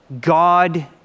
God